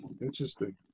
Interesting